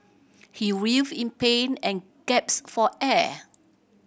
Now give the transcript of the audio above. he writhed in pain and gaps for air